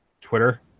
Twitter